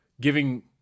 giving